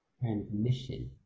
transmission